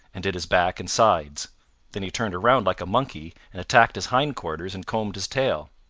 and did his back and sides then he turned around like a monkey, and attacked his hind-quarters, and combed his tail.